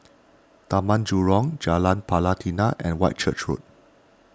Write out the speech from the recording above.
Taman Jurong Jalan Pelatina and Whitchurch Road